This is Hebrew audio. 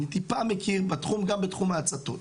אני טיפה מכיר בתחום, גם בתחום ההצתות.